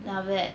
then after that